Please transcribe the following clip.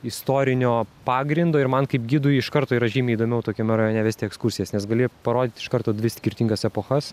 istorinio pagrindo ir man kaip gidui iš karto yra žymiai įdomiau tokiame rajone vesti ekskursijas nes gali parodyti iš karto dvi skirtingas epochas